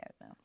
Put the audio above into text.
now